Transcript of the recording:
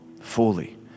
fully